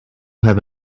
have